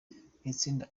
itsinda